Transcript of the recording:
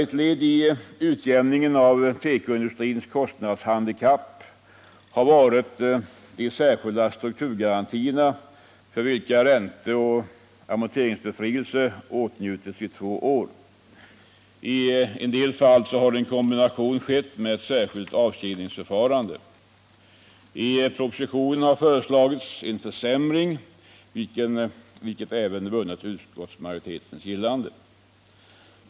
Ett led i utjämningen av tekoindustrins kostnadshandikapp har varit de särskilda strukturgarantierna för vilka ränteoch amorteringsbefrielse åtnjutits i två år. I en del fall har en kombination skett med ett särskilt avskrivningsförfarande. I propositionen har föreslagits en försämring, vilket även vunnit utskottsmajoritetens gillande.